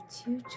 two